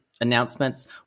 announcements